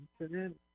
incident